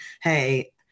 Hey